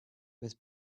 with